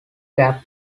gap